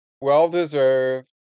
well-deserved